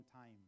time